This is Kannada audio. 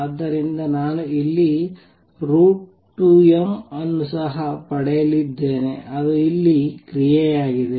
ಆದ್ದರಿಂದ ನಾನು ಇಲ್ಲಿ √ ಅನ್ನು ಸಹ ಪಡೆಯಲಿದ್ದೇನೆ ಅದು ಇಲ್ಲಿ ಕ್ರಿಯೆಯಾಗಿದೆ